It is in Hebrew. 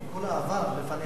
כל העבר לפניך.